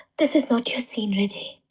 this is not your scene, reggie.